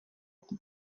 kito